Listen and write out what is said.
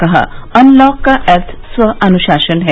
कहा अनलॉक का अर्थ स्व अन्शासन है